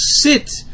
sit